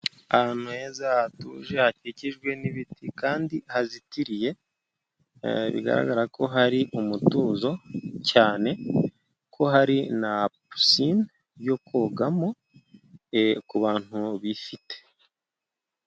Ahantu heza hatuje hakikijwe n'ibiti kandi hazitiriye, e bigaragara ko hari umutuzo cyane kuko hari na pisine yo kogamo ku bantu bifite.